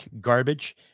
garbage